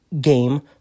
game